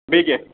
بیٚیہِ کیٛاہ